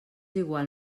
igual